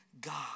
God